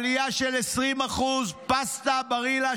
עלייה של 20%; פסטה ברילה,